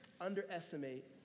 underestimate